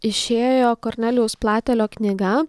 išėjo kornelijaus platelio knyga